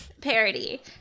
parody